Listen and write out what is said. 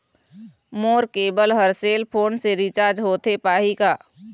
मोर cable हर cell phone से recharge होथे पाही का?